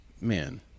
man